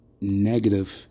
negative